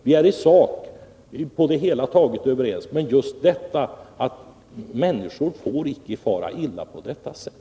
Vi är i sak på det hela taget överens. Men vi hävdar att människor inte får fara illa på detta sätt.